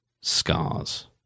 scars